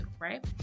right